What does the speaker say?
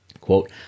Quote